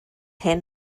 hyn